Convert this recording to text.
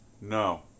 No